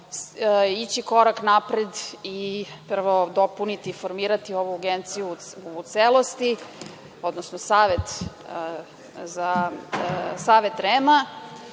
ići korak napred i prvo dopuniti, formirati ovu agenciju u celosti, odnosno Savet REM